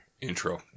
Intro